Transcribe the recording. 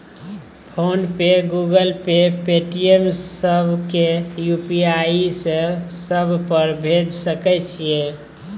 Phone पे, Google Pay, Paytm, सब के UPI से सब पर भेज सके छीयै?